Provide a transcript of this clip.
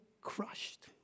crushed